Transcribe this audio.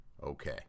Okay